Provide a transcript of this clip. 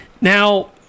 Now